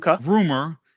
Rumor